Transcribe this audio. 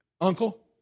Uncle